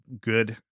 good